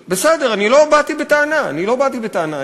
בסדר, לא באתי בטענה, לא באתי בטענה.